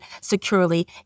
securely